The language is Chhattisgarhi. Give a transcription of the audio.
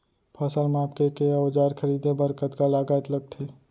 फसल मापके के औज़ार खरीदे बर कतका लागत लगथे?